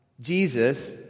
Jesus